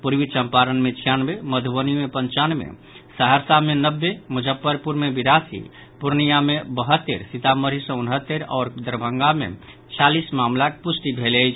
पूर्वी चंपारण मे छियानवे मधुबनी मे पंचानवे सहरसा मे नब्बे मुजफ्फरपुर मे बिरासी पूर्णिया मे बहत्तरि सीतामढ़ी सँ उनहत्तरि आओर दरभंगा मे छियालीस मामिलाक पुष्टि भेल अछि